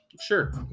Sure